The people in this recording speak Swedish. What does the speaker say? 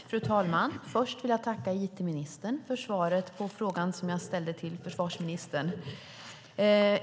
Fru talman! Först vill jag tacka it-ministern för svaret på interpellationen som jag ställde till försvarsministern.